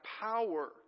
power